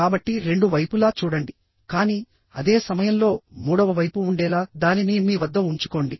కాబట్టి రెండు వైపులా చూడండి కానీ అదే సమయంలో మూడవ వైపు ఉండేలా దానిని మీ వద్ద ఉంచుకోండి